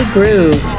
Groove